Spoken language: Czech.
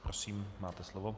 Prosím, máte slovo.